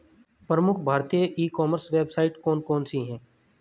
प्रमुख भारतीय e commerce website कौन कौन सी हैं?